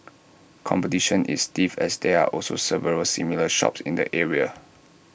competition is stiff as there are also several similar shops in the area